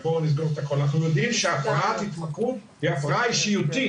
אנחנו יודעים שהפרעת התמכרות היא הפרעה אישיותית,